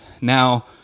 Now